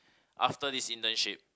after this internship